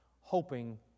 hoping